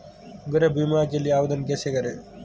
गृह बीमा के लिए आवेदन कैसे करें?